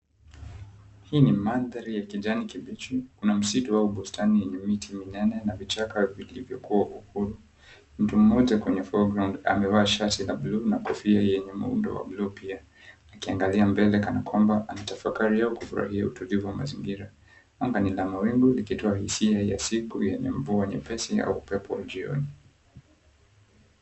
Hii ni mandhari ya kijani kibichi. Kuna msitu au bustani yenye miti minene na vichaka vilivyokuwa uhuru. Mtu mmoja kwenye foreground amevaa shati la blue na kofia yenye muundo wa blue pia, akiangalia mbele kana kwamba anatafakari au kufurahia utulivu wa mazingira. Anga ni la mawingu likitoa hisia ya siku yenye mvua nyepesi au upepo wa jioni.